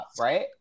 right